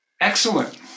Excellent